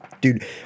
Dude